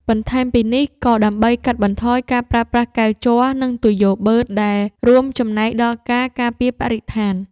បន្ថែមពីនេះ ក៏ដើម្បីកាត់បន្ថយការប្រើប្រាស់កែវជ័រ និងទុយោបឺត ដែលរួមចំណែកដល់ការការពារបរិស្ថាន។